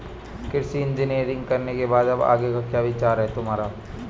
कृषि इंजीनियरिंग करने के बाद अब आगे का क्या विचार है तुम्हारा?